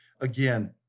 again